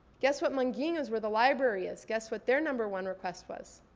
guess what manguinhos, where the library is, guess what their number one request was?